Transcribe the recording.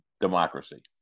democracy